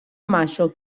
mayo